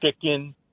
chicken